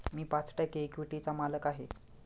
मी पाच टक्के इक्विटीचा मालक आहे